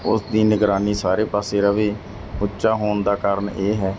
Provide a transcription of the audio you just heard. ਉਸ ਦਿਨ ਨਿਗਰਾਨੀ ਸਾਰੇ ਪਾਸੇ ਰਹੇ ਉੱਚਾ ਹੋਣ ਦਾ ਕਾਰਨ ਇਹ ਹੈ